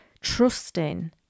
trusting